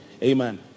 Amen